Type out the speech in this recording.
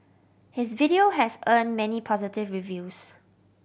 his video has earned many positive reviews